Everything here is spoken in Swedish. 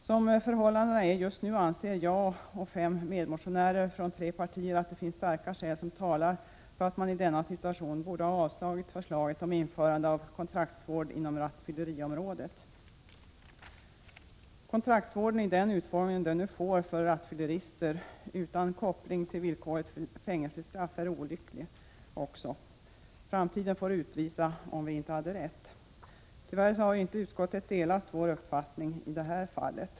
Som förhållandena just nu är anser jag och fem medmotionärer från tre partier att det finns starka skäl som talar för att man bör avslå förslaget om införande av kontraktsvård inom rattfylleriområdet. Kontraktsvård i den utformning den nu får för rattfyllerister, utan koppling till villkorligt fängelsestraff, är olycklig. Framtiden får utvisa om vi inte hade rätt. Tyvärr har inte utskottet delat vår uppfattning i det här fallet.